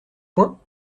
point